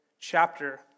chapter